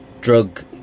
drug